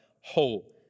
whole